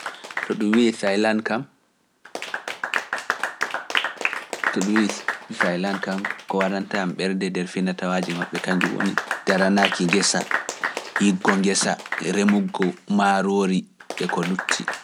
Tu ɗum wi Taylan kam, ko waɗanta ɓerde nder finetawaji maɓɓe kañnju woni daranaki ngesa, yiggo ngesa, remugo maaroori e ko lutti.